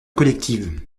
collective